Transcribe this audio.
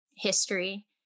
history